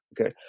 okay